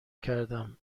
کردم